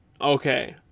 Okay